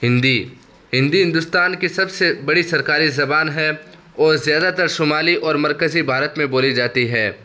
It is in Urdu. ہندی ہندی ہندوستان کی سب سے بڑی سرکاری زبان ہے اور زیادہ تر شمالی اور مرکزی بھارت میں بولی جاتی ہے